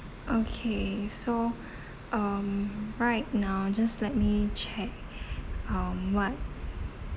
okay so um right now just let me check um what